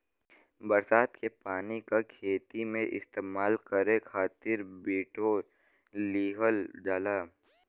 बरसात के पानी क खेती में इस्तेमाल करे खातिर बिटोर लिहल जाला